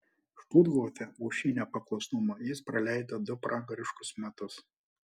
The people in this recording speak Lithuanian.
štuthofe už šį nepaklusnumą jis praleido du pragariškus metus